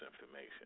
information